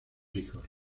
hijos